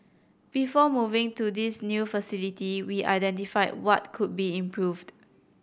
before moving to this new facility we identified what could be improved